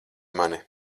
mani